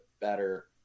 better